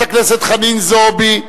חברת הכנסת חנין זועבי,